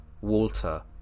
Walter